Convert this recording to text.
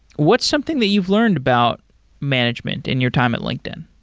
what's something that you've learned about management in your time at linkedin?